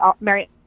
Mary